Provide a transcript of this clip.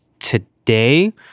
Today